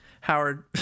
Howard